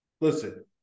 Listen